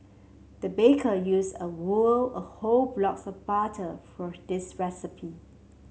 the baker used a a whole block of butter for this recipe